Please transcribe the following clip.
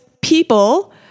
people